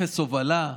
אפס הובלה,